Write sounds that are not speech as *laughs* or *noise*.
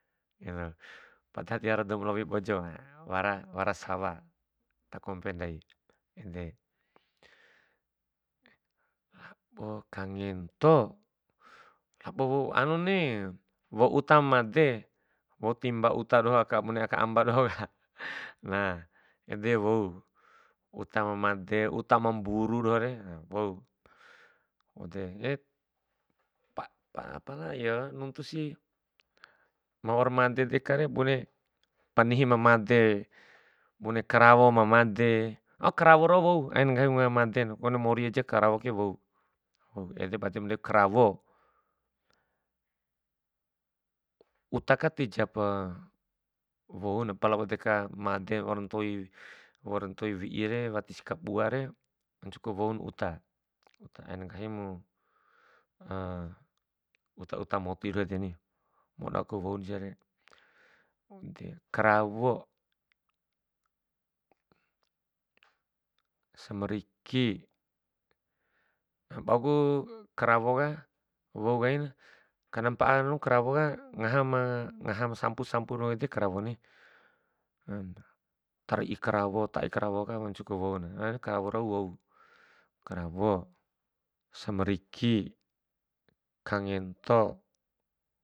*hesitation* padahal tiwara dou ma lowi bojoka, wara, wara sawa, ta kompe ndai ede. labo kangento, labo wou anuni, wou uta ma made, wou timba uta doho aka bune aka amba dohoka, *laughs* na ede wou, uta ma made, uta ma mburu dohore wou. Waude *hesitation* pala yo nuntusi, ma waura made dekare bune panihi ma made, bune karawo ma made, oh karawo rau wou, ain nggahi wunga madena, kode mori aja karawo ke wou, wou, ede bade ndaik karawo. Uta ka tijap woun pala wau deka maden, waura ntoi wi'irewatisi kabu'are wancuku wouna uta, naina nggahimu *hesitation* uta uta moti edeni modaku woun siare. Wauede, karawo, samriki, bauku karawoka wou kaina, karena mpa'a hanu karawo ka, ngaha ma, ngaha ma sampu sampu doho ede karawo ni, tari'i karawo, ta'i karawu ka, wancuku wouna, karawo rau wou. Karawo, samriki, kangento.